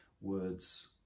words